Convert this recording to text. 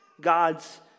God's